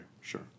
sure